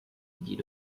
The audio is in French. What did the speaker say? dit